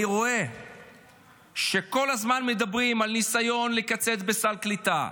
אני רואה שכל הזמן מדברים על ניסיון לקצץ בסל קליטה.